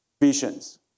Visions